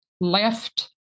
left